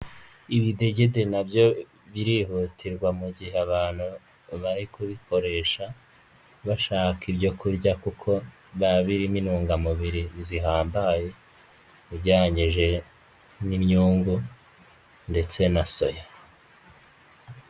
Ibidegede nabyo birihutirwa mu gihe abantu bari kubikoresha bashaka ibyo kurya kuko biba birimo intungamubiri zihambaye, ugereranije inyungu ndetse na soya.